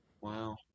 Wow